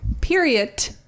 Period